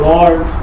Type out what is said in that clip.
Lord